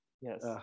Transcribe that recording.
Yes